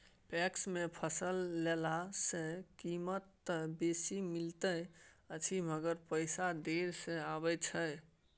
PACS मे फसल देला सॅ कीमत त बेसी मिलैत अछि मगर पैसा देर से आबय छै